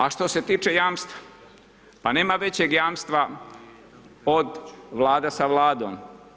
A što se tiče jamstva, pa nema većeg jamstva od vlada sa vladom.